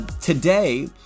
today